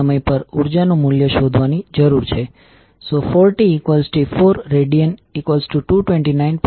તેથી જ્યારે તમે આપણે આ કિસ્સામાં જે કર્યું તે જ રીતે જમણો હાથ મૂકો છો ત્યારે તમારો અંગૂઠો નીચેની દિશામાં હશે